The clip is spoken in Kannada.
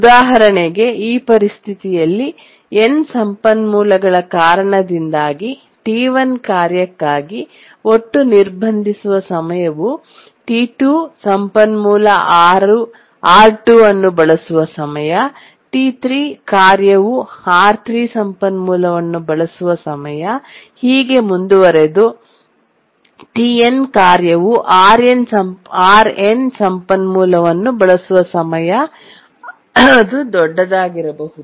ಉದಾಹರಣೆಗೆ ಈ ಪರಿಸ್ಥಿತಿಯಲ್ಲಿ n ಸಂಪನ್ಮೂಲಗಳ ಕಾರಣದಿಂದಾಗಿ T1 ಕಾರ್ಯಕ್ಕಾಗಿ ಒಟ್ಟು ನಿರ್ಬಂಧಿಸುವ ಸಮಯವು T2 ಸಂಪನ್ಮೂಲ R2 ಅನ್ನು ಬಳಸುವ ಸಮಯ T3 ಕಾರ್ಯವು R3 ಸಂಪನ್ಮೂಲವನ್ನು ಬಳಸುವ ಸಮಯ ಹೀಗೆ ಮುಂದುವರೆದು Tn ಕಾರ್ಯವು Rn ಸಂಪನ್ಮೂಲವನ್ನು ಬಳಸುವ ಸಮಯ ಅದು ದೊಡ್ಡದಾಗಿರಬಹುದು